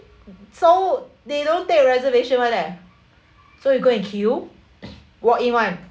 so they don't take reservations [one] leh so you go and queue walk-in [one]